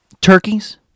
Turkeys